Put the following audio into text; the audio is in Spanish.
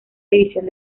división